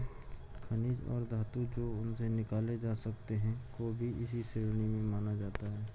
खनिज और धातु जो उनसे निकाले जा सकते हैं को भी इसी श्रेणी में माना जाता है